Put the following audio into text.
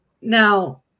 Now